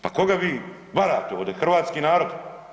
Pa koga vi varate ovdje, hrvatski narod?